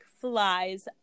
flies